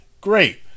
Great